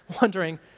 wondering